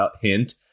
hint